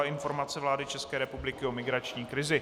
Informace vlády České republiky o migrační krizi.